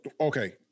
okay